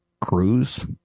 cruise